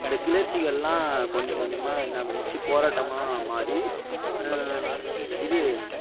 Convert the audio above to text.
இந்த கிளர்ச்சிகளெலாம் கொஞ்சம் கொஞ்சமாக என்னா பண்ணுச்சு போராட்டமாக மாறி இது